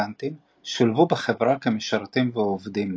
רפליקנטים - שולבו בחברה כמשרתים ועבדים.